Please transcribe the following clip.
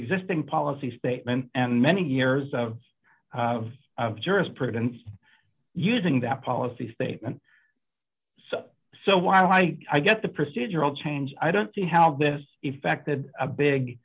existing policy statement and many years of jurisprudence using that policy statement so so while i get the procedural change i don't see how this effected a big